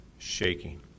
Shaking